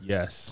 Yes